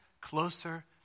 closer